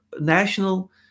national